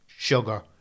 Sugar